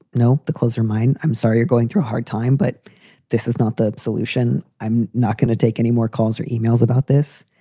no. the clothes are mine. i'm sorry you're going through a hard time, but this is not the solution. i'm not going to take any more calls or e-mails about this.